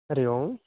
हरिः ओम्